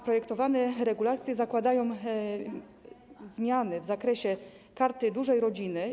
Projektowane regulacje zakładają zmiany w zakresie Karty Dużej Rodziny.